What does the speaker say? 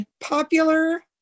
popular